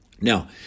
Now